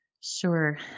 Sure